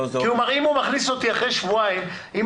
אם הוא מכניס אותי אחרי שבועיים אם